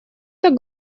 так